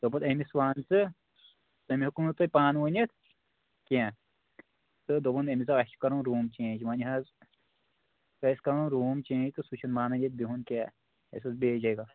دوٚپن أمِس ون ژٕ تٔمۍ ہیٚکوٕ نہٕ تۄہہِ پانہٕ ؤنِتھ کیٚنٛہہ تہٕ دوٚپُن أمِس دپ اَسہِ چھُ کَرُن روٗم چینٛج ونہِ حظ چھُ اَسہِ کَرُن روٗم چینٛج تہٕ سُہ چھُنہٕ مانن ییٚتہِ بِہُن کیٛنٛہہ اَسہِ اوس بیٚیِس جایہِ گژھُن